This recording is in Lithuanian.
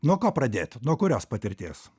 nuo ko pradėt nuo kurios patirties